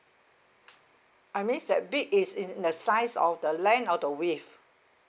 uh means that big is in the size of the length or the width